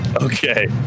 Okay